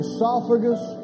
Esophagus